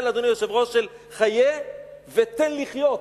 אדוני היושב-ראש, של חיה ותן לחיות.